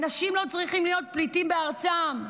אנשים לא צריכים להיות פליטים בארצם.